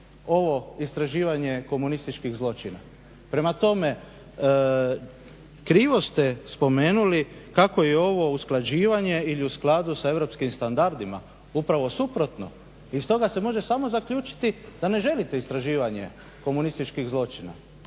ovo istraživanje komunističkih zločina. Prema tome, krivo ste spomenuli kako je ovo usklađivanje ili u skladu sa europskim standardima. Upravo suprotno. Iz toga se može samo zaključiti da ne želite istraživanje komunističkih zločina.